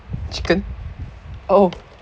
chicken oh